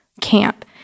camp